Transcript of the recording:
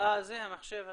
ד"ר ברקת.